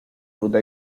ruta